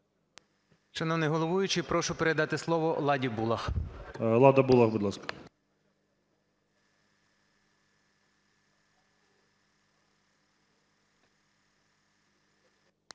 Шановний головуючий, прошу передати слово Ладі Булах. ГОЛОВУЮЧИЙ. Лада Булах, будь ласка.